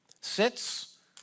sits